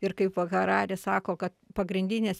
ir kaip va harari sako kad pagrindinės